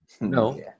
No